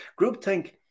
groupthink